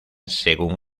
según